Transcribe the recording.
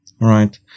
Right